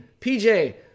PJ